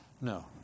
No